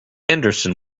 anderson